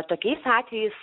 tokiais atvejais